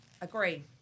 agree